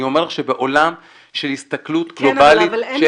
אני אומר לך שבעולם של הסתכלות גלובלית של